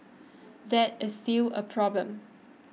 that is still a problem